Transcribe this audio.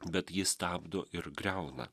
bet jį stabdo ir griauna